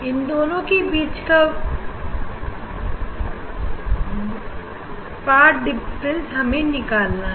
इन दोनों के बीच का व्हाट डिफरेंस हमें निकालना है